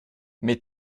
mes